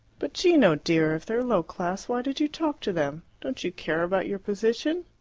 but, gino dear, if they're low class, why did you talk to them? don't you care about your position?